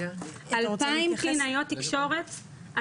אלפיים קלינאיות תקשורת,